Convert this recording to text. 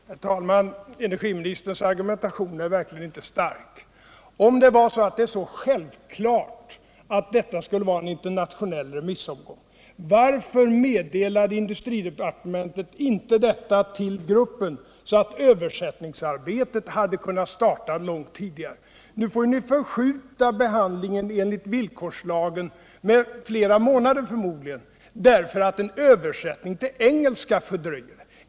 Herr talman! Energiministerns argumentation är verkligen inte stark. Om det var så självklart att det skulle vara en internationell remissomgång, varför meddelade då inte industridepartementet detta till gruppen så att översättningsarbetet hade kunnat starta långt tidigare? Nu får ni förmodligen förskjuta behandlingen enligt villkorslagen med flera månader därför att en översättning till engelska fördröjer den.